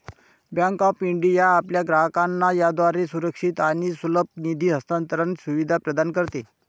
bank of India आपल्या ग्राहकांना याद्वारे सुरक्षित आणि सुलभ निधी हस्तांतरण सुविधा प्रदान करते